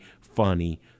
funny